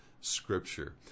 scripture